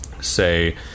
say